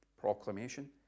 proclamation